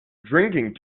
drinking